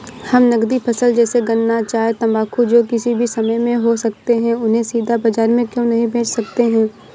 हम नगदी फसल जैसे गन्ना चाय तंबाकू जो किसी भी समय में हो सकते हैं उन्हें सीधा बाजार में क्यो नहीं बेच सकते हैं?